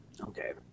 Okay